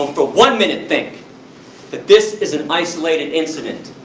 don't for one minute think that this is an isolated incident!